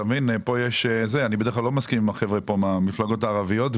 אני בדרך כלל לא מסכים עם החבר'ה מהמפלגות הערביות,